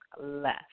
less